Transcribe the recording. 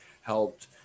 helped